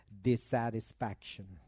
dissatisfaction